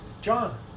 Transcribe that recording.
John